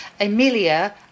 Amelia